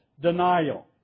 Denial